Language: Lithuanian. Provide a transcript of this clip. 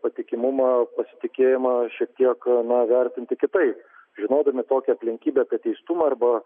patikimumą pasitikėjimą šiek tiek na vertinti kitaip žinodami tokią aplinkybę apie teistumą arba